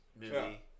movie